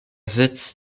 sitz